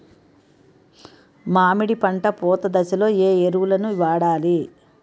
మామిడి పంట పూత దశలో ఏ ఎరువులను వాడాలి?